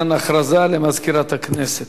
הודעה למזכירת הכנסת.